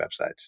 websites